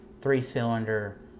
three-cylinder